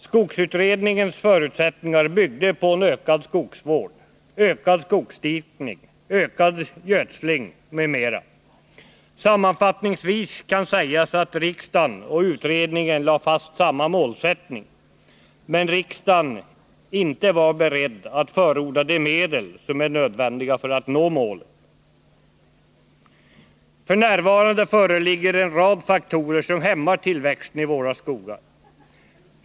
Skogsutredningens förutsättningar byggde på en ökad skogsvård, ökad skogsdikning, ökad gödsling m.m. Sammanfattningsvis kan sägas att riksdagen och utredningen lade fast samma målsättning, medan riksdagen inte var beredd att förorda de medel som är nödvändiga för att nå målet. F.n. föreligger en rad faktorer som hämmar tillväxten i våra skogar.